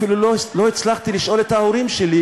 אפילו לא הצלחתי לשאול את ההורים שלי,